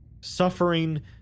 Suffering